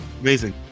amazing